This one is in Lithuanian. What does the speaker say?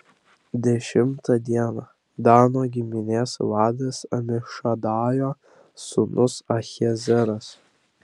dešimtą dieną dano giminės vadas amišadajo sūnus ahiezeras